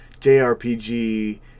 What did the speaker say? JRPG